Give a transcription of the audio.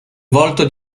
volto